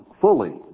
fully